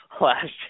last